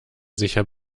sicher